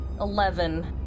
Eleven